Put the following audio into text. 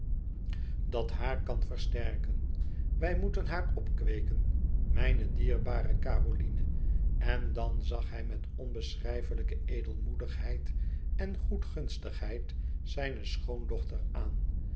dat haar kan versterken wij moeten haar opkweeken mijne dierbare caroline en dan zag hij met onbeschrijfelijke edelmoedigheid en goedgunstigheid zijne schoondochter aan